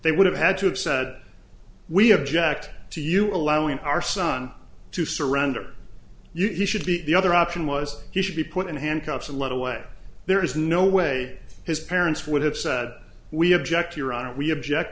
they would have had to have said we object to you allowing our son to surrender you should be the other option was he should be put in handcuffs and led away there is no way his parents would have said we object your honor we object